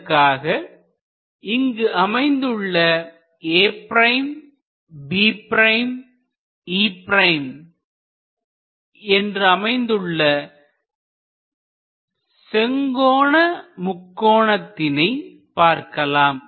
அதற்காக இங்கு அமைந்துள்ள A' B' E' என்ற அமைந்துள்ள செங்கோணமுக்கோணத்திணை பார்க்கலாம்